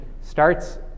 starts